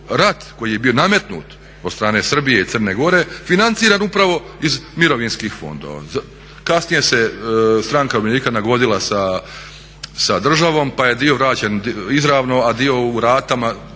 rat koji je bio nametnut od strane Srbije i Crne Gore financiran upravo iz mirovinskih fondova. Kasnije se stranka umirovljenika nagodila sa državom pa je dio vraćen izravno a dio u ratama,